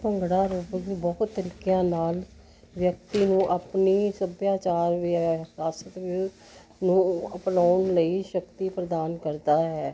bhangra aerobic ਬਹੁਤ ਤਰੀਕਿਆਂ ਨਾਲ ਵਿਅਕਤੀ ਨੂੰ ਆਪਣੀ ਸੱਭਿਆਚਾਰ ਵਿਰਾਸਤ ਨੂੰ ਅਪਣਾਉਣ ਲਈ ਸ਼ਕਤੀ ਪ੍ਰਦਾਨ ਕਰਦਾ ਹੈ